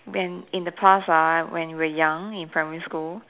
when in the past ah when we were young in primary school